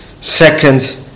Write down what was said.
second